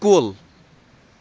کُل